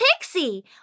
Pixie